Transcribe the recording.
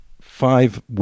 five